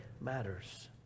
matters